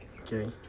Okay